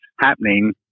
happening